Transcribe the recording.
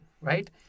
Right